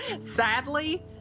Sadly